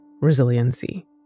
resiliency